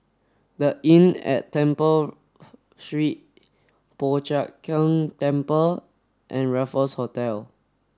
the Inn at Temple Street Po Chiak Keng Temple and Raffles Hotel